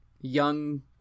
young